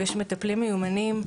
יש מטפלים מיומנים.